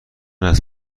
است